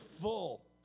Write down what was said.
full